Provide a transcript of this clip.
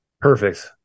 Perfect